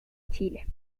chile